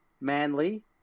Manly